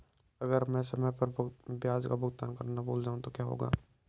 अगर मैं समय पर ब्याज का भुगतान करना भूल जाऊं तो क्या होगा?